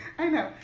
i know.